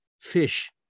fish